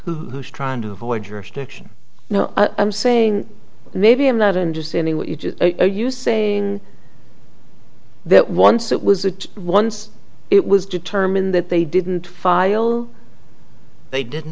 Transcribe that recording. filing who's trying to avoid jurisdiction now i'm saying maybe i'm not understanding what you know you say that once it was that once it was determined that they didn't file they didn't